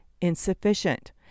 insufficient